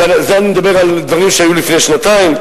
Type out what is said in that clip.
וזה, אני מדבר על דברים שהיו לפני שנתיים.